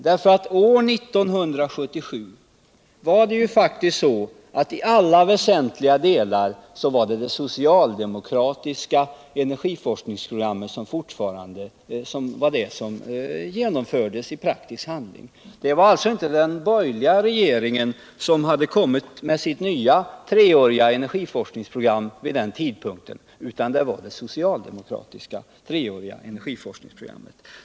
År 1977 var det faktiskt i alla väsentliga delar det socialdemokratiska energiforskningsprogrammet som genomfördes i praktisk handling. Det var alltså inte den borgerliga regeringen som hade kommit med sitt nya treåriga cnergiforskningsprogram vid den tiden, utan det var socialdemokraterna.